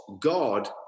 God